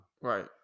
Right